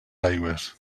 aigües